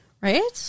Right